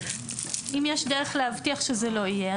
אם יש דרך להבטיח שזה לא יהיה,